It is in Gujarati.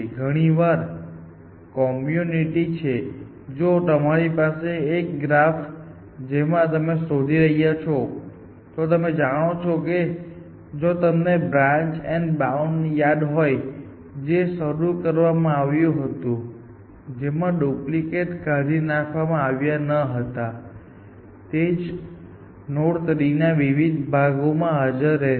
ઘણી વાર કૉમ્યૂનિટી જો કે તમારી પાસે એક ગ્રાફ છે જેમાં તમે શોધી રહ્યા છો તો તમે જાણો છો જો તમને બ્રાન્ચ એન્ડ બાઉન્ડ યાદ હોય જે શરૂ કરવામાં આવ્યું હતું જેમાં ડુપ્લિકેટ કાઢી નાખવામાં આવ્યા ન હતા અને તે જ નોડ ટ્રી ના વિવિધ ભાગોમાં હાજર રહેશે